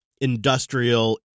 industrial